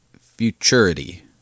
futurity